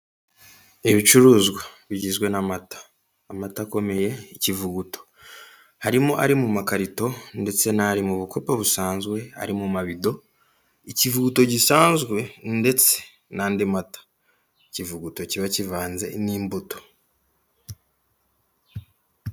Ibicuruzwa bigizwe n'amata, amata akomeye kivuguto harimo ari mu makarito, ndetse nari mu bukopo busanzwe ari mu mabido ikivuto gisanzwe, ndetse nandi mata ikivuguto kiba kivanze n'imbuto.